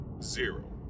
zero